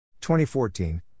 2014